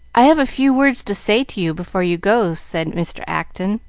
i have a few words to say to you before you go, said mr. acton,